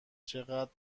چقدر